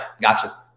gotcha